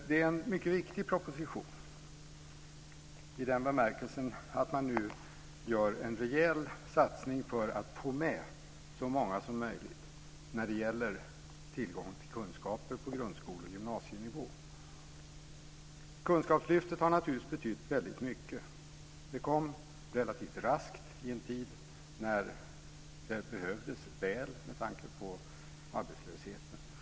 Det är en mycket viktig proposition i den bemärkelsen att man nu gör en rejäl satsning för att få med så många som möjligt när det gäller att de ska få tillgång till kunskaper på grundskole och gymnasienivå. Kunskapslyftet har naturligtvis betytt väldigt mycket. Det kom relativt raskt i en tid när det behövdes väl med tanke på arbetslösheten.